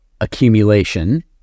accumulation